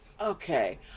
Okay